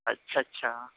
اچھا اچھا